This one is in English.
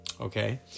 Okay